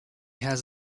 has